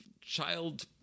child